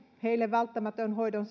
heille välttämättömästä hoidon